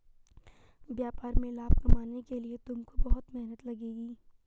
व्यापार में लाभ कमाने के लिए तुमको बहुत मेहनत लगेगी